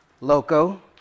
Loco